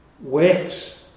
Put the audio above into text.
works